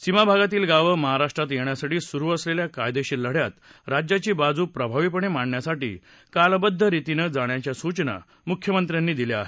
सीमाभागातील गावं महाराष्ट्रात येण्यासाठी सुरू असलेल्या कायदेशीर लढ्यात राज्याची बाजू प्रभावीपणे मांडण्यासाठी कालबद्ध रितीनं जाण्याच्या सूचना मुख्यमंत्र्यांनी दिल्या आहेत